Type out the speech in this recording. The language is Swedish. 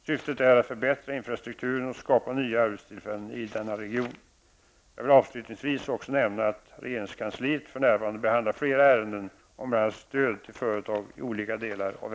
Syftet är att förbättra infrastrukturen och skapa nya arbetstillfällen i denna region. Jag vill avslutningsvis också nämna att regeringskansliet för närvarande behandlar flera ärenden om bl.a. stöd till företag i olika delar av